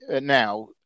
now